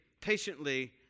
patiently